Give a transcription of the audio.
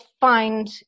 find